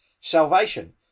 salvation